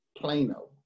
Plano